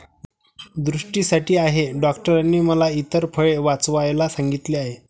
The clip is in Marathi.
दृष्टीसाठी आहे डॉक्टरांनी मला इतर फळे वाचवायला सांगितले आहे